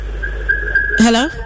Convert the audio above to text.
Hello